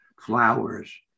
flowers